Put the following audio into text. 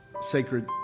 sacred